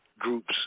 groups